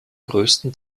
größten